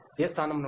ఏ స్థానం నుండి